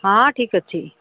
ହଁ ଠିକ୍ ଅଛି